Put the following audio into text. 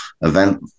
event